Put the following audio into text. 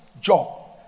job